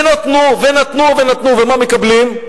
ונתנו ונתנו ונתנו, ומה מקבלים?